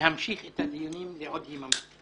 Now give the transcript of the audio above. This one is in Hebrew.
להמשיך את הדיונים בעוד יממה,